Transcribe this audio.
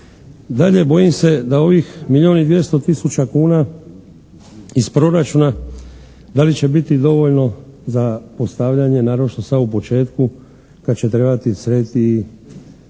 Dalje, bojim se da ovih milijun i 200 tisuća kuna iz proračuna da li će biti dovoljno za postavljanje naročito sada u početku kad će trebati srediti